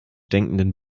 denkenden